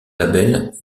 label